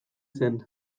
zen